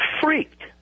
freaked